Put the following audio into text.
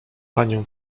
panie